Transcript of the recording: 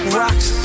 rocks